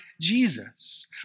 Jesus